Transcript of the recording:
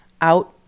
out